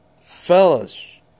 fellas